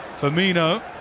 Firmino